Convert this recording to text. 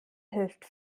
hilft